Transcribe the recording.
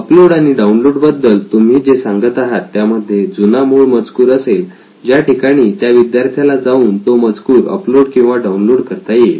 upload आणि download बद्दल तुम्ही जे सांगत आहात त्यामध्ये जुना मूळ मजकूर असेल ज्या ठिकाणी त्या विद्यार्थ्याला जाऊन तो मजकूर अपलोड किंवा डाऊनलोड करता येईल